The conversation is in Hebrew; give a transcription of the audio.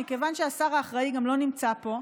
מכיוון שהשר האחראי לא נמצא פה,